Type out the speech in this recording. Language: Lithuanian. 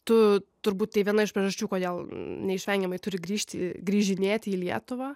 tu turbūt tai viena iš priežasčių kodėl neišvengiamai turi grįžti grįžinėti į lietuvą